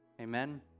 Amen